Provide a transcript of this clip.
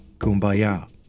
kumbaya